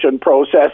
process